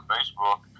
Facebook